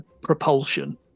propulsion